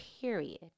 period